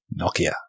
Nokia